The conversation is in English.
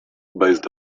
based